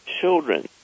children